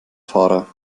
fahrer